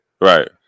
Right